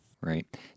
Right